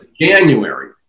January